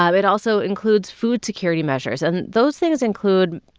um it also includes food security measures. and those things include,